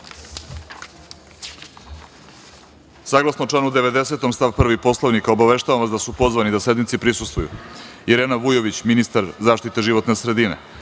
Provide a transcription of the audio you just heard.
redu. Saglasno članu 90. stav 1. Poslovnika, obaveštavam vas da su pozvani da sednici prisustvuju: Irena Vujović, ministar zaštite životne sredine,